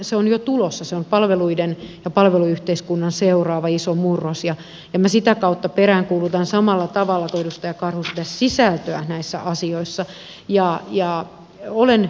se on palveluiden ja palveluyhteiskunnan seuraava iso murros ja minä sitä kautta peräänkuulutan samalla tavalla kuin edustaja karhu sitä sisältöä näissä asioissa